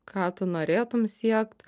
ką tu norėtum siekt